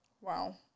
Wow